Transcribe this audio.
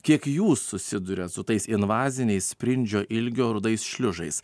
kiek jūs susiduriat su tais invaziniais sprindžio ilgio rudais šliužais